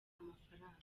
amafaranga